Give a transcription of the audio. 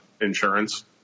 insurance